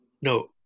No